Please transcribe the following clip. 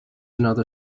another